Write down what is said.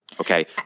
Okay